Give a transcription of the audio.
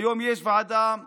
והיום יש ועדה פעילה.